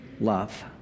love